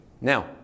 now